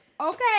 Okay